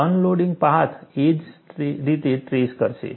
unloading path એ જ રીતે ટ્રેસ કરશે